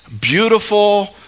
beautiful